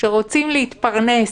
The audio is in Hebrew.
שרוצים להתפרנס